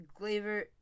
Glaver